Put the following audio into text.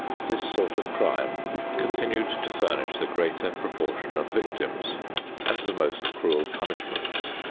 this sort of crime continued to furnish the greater proportion of victims and the most cruel punishments.